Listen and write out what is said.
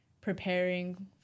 preparing